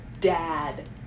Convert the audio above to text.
dad